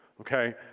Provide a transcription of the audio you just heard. okay